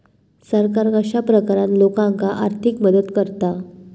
सरकार कश्या प्रकारान लोकांक आर्थिक मदत करता?